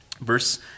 verse